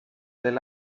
del